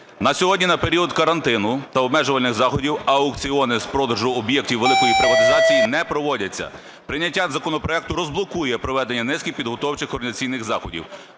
На сьогодні на період карантину та обмежувальних заходів аукціони з продажу об'єктів великої приватизації не проводяться. Прийняття законопроекту розблокує проведення низки підготовчих організаційних заходів.